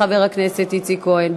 לחבר הכנסת יצחק כהן.